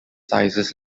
sizes